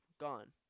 Gone